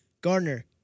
Gardner